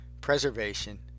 preservation